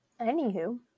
Anywho